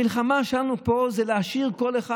המלחמה שלנו פה היא להשאיר כל אחד.